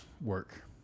work